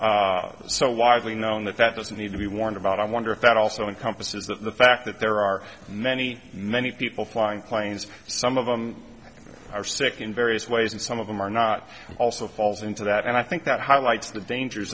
so widely known that that doesn't need to be warned about i wonder if that also encompasses the fact that there are many many people flying planes some of them are sick in various ways and some of them are not also falls into that and i think that highlights the dangers